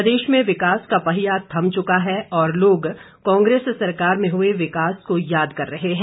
प्रदेश में विकास का पहिया थम चुका है और लोग कांग्रेस सरकार में हुए विकास को याद कर रहे है